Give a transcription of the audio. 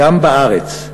גם בארץ,